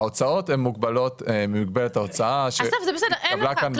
ההוצאות הן מוגבלות במגבלת ההוצאה שהתקבלה כאן --- אסף,